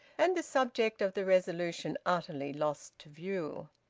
and the subject of the resolution utterly lost to view.